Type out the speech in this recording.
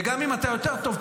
וגם אם אתה יותר טוב,